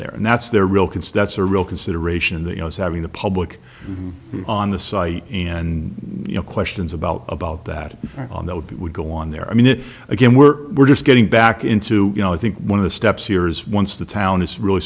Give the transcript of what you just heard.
there and that's their real constat surreal consideration that you know is having the public on the site and you know questions about about that on that would be would go on there i mean again we're we're just getting back into you know i think one of the steps here is once the town is really